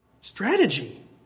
strategy